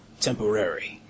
Temporary